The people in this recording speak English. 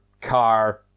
car